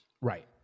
Right